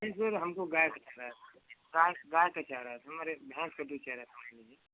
नहीं सर हमको गाय का चाह रहा था गाय गाय का चाह रहा था हमारे भैँस का दूध